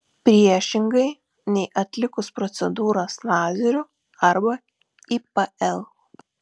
priešingai nei atlikus procedūras lazeriu arba ipl